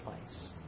place